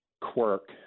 quirk